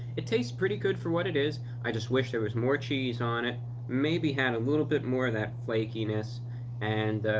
it tastes pretty good for what it is. i just wish there was more cheese on it maybe had a little bit more of that flakiness and,